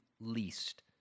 least